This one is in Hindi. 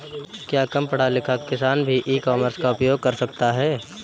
क्या कम पढ़ा लिखा किसान भी ई कॉमर्स का उपयोग कर सकता है?